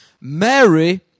Mary